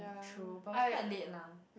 true but it was quite late lah